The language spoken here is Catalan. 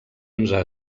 onze